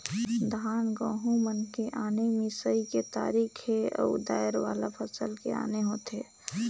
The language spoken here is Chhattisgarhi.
धान, गहूँ मन के आने मिंसई के तरीका हे अउ दायर वाला फसल के आने होथे